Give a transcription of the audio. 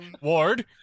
Ward